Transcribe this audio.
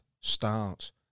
start